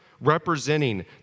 representing